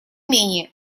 менее